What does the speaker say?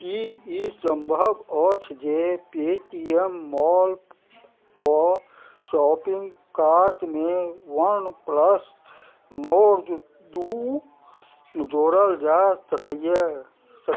की ई सम्भव अछि जे पेटीएम मॉलके शॉपिंग कार्टमे वन प्लस नोट दू जोड़ल जा सकइए